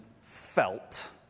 felt